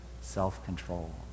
self-control